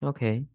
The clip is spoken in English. Okay